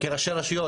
כראשי רשויות.